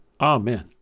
Amen